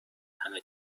همه